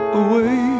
away